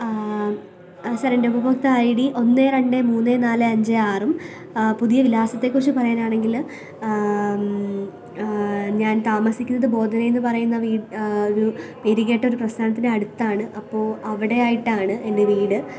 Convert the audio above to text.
സാറെന്റ ഉപഭോക്ത I D ഒന്ന് രണ്ട് മൂന്ന് നാല് അഞ്ച് ആറും പുതിയ വിലാസത്തെക്കുറിച്ച് പറയാനാണെങ്കിൽ ഞാൻ താമസിക്കുന്നത് ബോതലയെന്ന് പറയുന്ന വീട് പേര് കേട്ടൊരു പ്രസ്ഥാനത്തിന്റെ അടുത്താണ് അപ്പോൾ അവിടെ ആയിട്ടാണ് എന്റെ വീട്